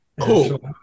Cool